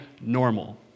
normal